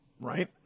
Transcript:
Right